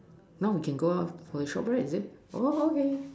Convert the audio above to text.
now we can go out for a short break is it oh okay